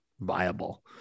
viable